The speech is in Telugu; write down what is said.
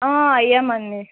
అయ్యాం అండి